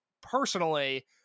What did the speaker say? personally